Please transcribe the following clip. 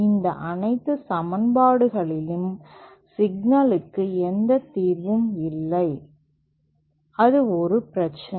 இந்த அனைத்து சமன்பாடுகளின் சிக்கலுக்கும் எந்த தீர்வும் இல்லை அது ஒரு பிரச்சினை